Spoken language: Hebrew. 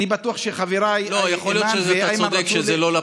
אני בטוח שחבריי אימאן ואיימן,